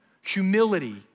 humility